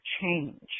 change